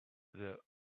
there